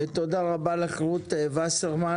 תודה רבה לך רות וסרמן.